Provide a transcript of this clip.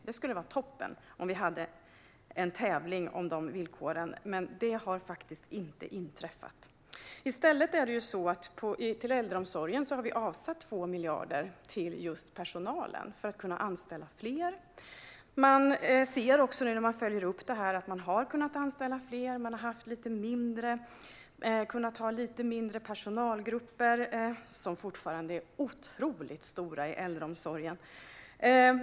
Det skulle vara toppen med en tävling om de villkoren, men det har inte inträffat. Vi har avsatt 2 miljarder till äldreomsorgen för att man ska kunna anställa fler. En uppföljning visar att äldreomsorgen har kunnat anställa fler och kunnat ha lite mindre personalgrupper. Personalgrupperna är fortfarande otroligt stora inom äldreomsorgen.